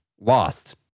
Lost